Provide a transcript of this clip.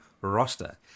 roster